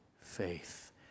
faith